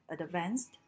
advanced